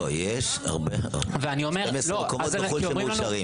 לא, לא, יש 12 מקומות בחו"ל שמאושרים.